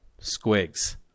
Squigs